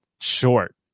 short